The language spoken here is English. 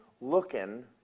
looking